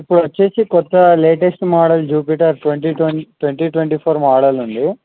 ఇప్పడు వచ్చేసి కొత్త latest model Jupiter twenty twenty twenty twenty four model ఉంది